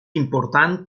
important